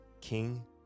King